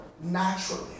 naturally